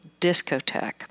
discotheque